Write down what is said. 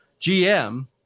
GM